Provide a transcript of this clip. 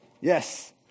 Yes